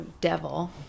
devil